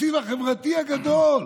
התקציב החברתי הגדול.